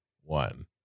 one